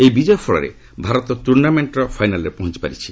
ଏହି ବିଜୟ ଫଳରେ ଭାରତ ଟୂର୍ଣ୍ଣାମେଣ୍ଟର ଫାଇନାଲ୍ରେ ପହଞ୍ଚି ପାରିଛି